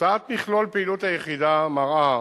תוצאת מכלול פעילות היחידה מראה